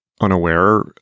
unaware